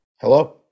Hello